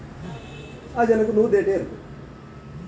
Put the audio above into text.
ರಸಹೀರುವ ಕೀಟಗಳನ್ನು ತಡೆಗಟ್ಟುವ ಕ್ರಮಗಳೇನು?